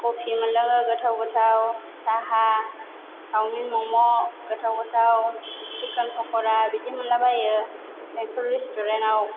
कफि मोनलोङो गोथाव गोथाव साहा सावमिन मम' गोथाव गोथाव सिखोन फख'रा बिदि मोनला बाइयो बेंथल रेस्थुरेनाव